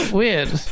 weird